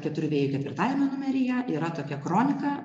keturių vėjų ketvirtajame numeryje yra tokia kronika